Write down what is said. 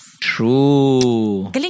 True